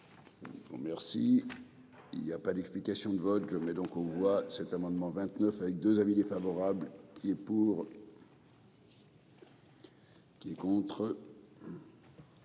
Merci. Il y a pas d'explication de vote que mais donc on voit cet amendement 29 avec 2 avis défavorable qui est pour. Qui est contre.